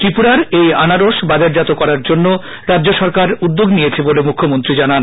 ত্রিপুরার এই আনারস বাজারজাত করার জন্য রাজ্য সরকার উদ্যোগ নিয়েছে বলে মুখ্যমন্ত্রী জানান